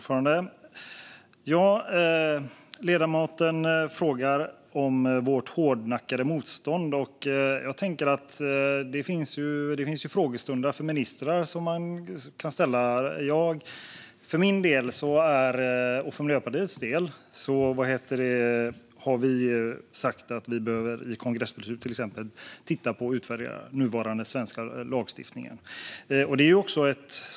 Fru talman! Ledamoten frågar om vårt hårdnackade motstånd. Det finns ju frågestunder där man kan ställa dessa frågor till ministrarna. För min och Miljöpartiets del har vi i till exempel kongressbeslut sagt att den nuvarande svenska lagstiftningen måste utvärderas.